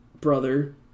brother